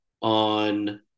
on